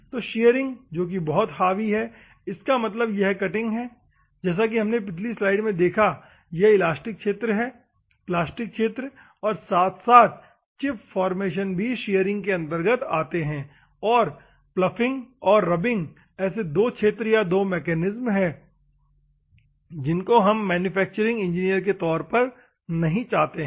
तो शीअरिंग जो कि बहुत हावी हैl इसका मतलब यह कटिंग है जैसा कि हमने पिछली स्लाइड में में देखा यह इलास्टिक क्षेत्र है प्लास्टिक क्षेत्र और साथ साथ चिप फार्मेशन भी शीअरिंग के अंतर्गत आते है और पलॉफिंग और रब्बिंग ऐसे दो क्षेत्र या दो मैकेनिज्म है जिनको हम मैन्युफैक्चरिंग इंजीनियर के तौर पर नहीं चाहते है